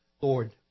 Lord